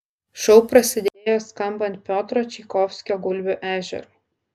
šou prasidėjo skambant piotro čaikovskio gulbių ežerui